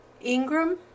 Ingram